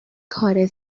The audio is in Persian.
کار